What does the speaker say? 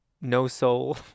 no-soul